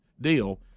deal